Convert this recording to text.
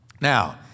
Now